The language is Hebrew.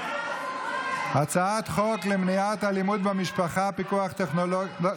הצעת חוק למניעת אלימות במשפחה (פיקוח טכנולוגי) לא,